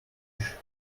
dish